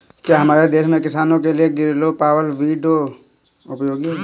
क्या हमारे देश के किसानों के लिए ग्रीलो पावर वीडर उपयोगी है?